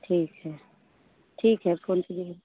ठीक है ठीक है